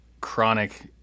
chronic